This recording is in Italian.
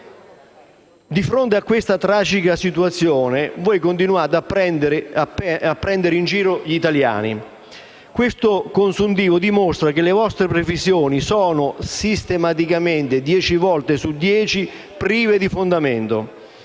Di fronte a questa tragica situazione, continuate a prendere in giro gli italiani. Questo consuntivo dimostra che le vostre previsioni sono sistematicamente, dieci volte su dieci, prive di fondamento.